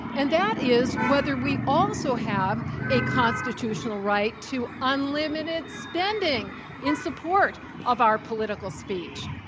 and that is whether we also have a constitutional right to unlimited spending in support of our political speech.